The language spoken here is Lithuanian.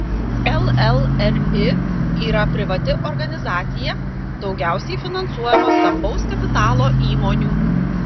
llri yra privati organizacija daugiausiai finansuojama stambaus kapitalo įmonių